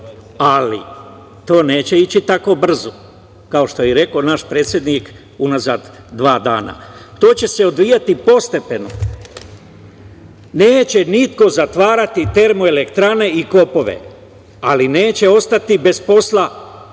ali to neće ići tako brzo, kao što je i rekao naš predsednik unazad dva dana. To će se odvijati postepeno. Neće niko zatvarati termoelektrane i kopove, ali neće ostati bez posla određeni